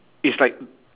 it's like